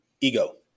Ego